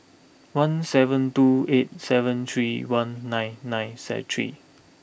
one seven two eight seven three one nine nine set three